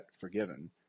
forgiven